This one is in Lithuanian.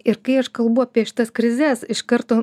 ir kai aš kalbu apie šitas krizes iš karto